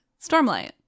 stormlight